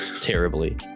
Terribly